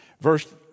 verse